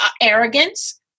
arrogance